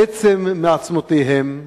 עצם מעצמותיהם,